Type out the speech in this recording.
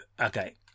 okay